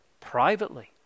privately